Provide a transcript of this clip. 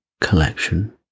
collection